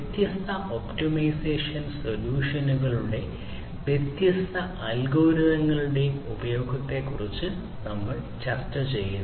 വ്യത്യസ്ത ഒപ്റ്റിമൈസേഷൻ സൊല്യൂഷനുകളുടെയും വ്യത്യസ്ത അൽഗോരിതങ്ങളുടെയും ഉപയോഗത്തെക്കുറിച്ച് നമ്മൾ ചർച്ച ചെയ്യുന്നു